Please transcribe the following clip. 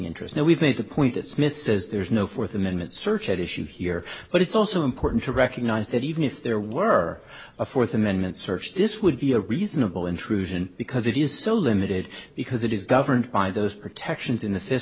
interest now we've made the point that smith says there's no fourth amendment search at issue here but it's also important to recognize that even if there were a fourth amendment search this would be a reasonable intrusion because it is so limited because it is governed by those protections in the fi